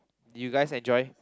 did you guys enjoy